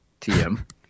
TM